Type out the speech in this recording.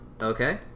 Okay